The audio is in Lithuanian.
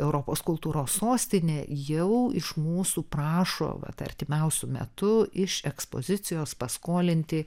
europos kultūros sostine jau iš mūsų prašo vat artimiausiu metu iš ekspozicijos paskolinti